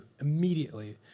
immediately